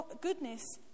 goodness